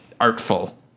artful